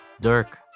Dirk